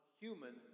human